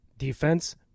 Defense